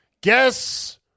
Guess